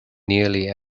nearly